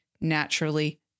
naturally